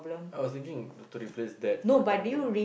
I was thinking to to replace that for a time being